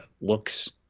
looks